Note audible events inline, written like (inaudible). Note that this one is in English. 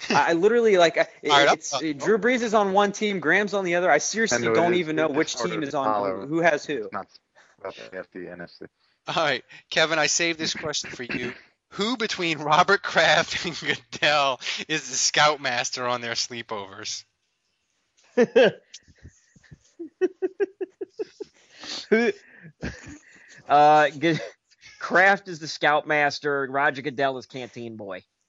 (laughs) I- I literally, like, I- it- All right, it's- I'll- I'll- oh. Drew Brees is on one team, Graham's on the other. I seriously I know don't it is, even know it- it's which harder team is to follow. on- who- who has who. It's not- not about the AFC, NFC. (laughs) All right, Kevin, I saved this question for you. Who between (laughs) Robert Kraft and Goodell is the scoutmaster on their sleepovers? (laughs) Who- (laughs) Uh, G- Kraft is the scoutmaster, Roger Goodell is Canteen Boy.